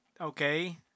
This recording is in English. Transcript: okay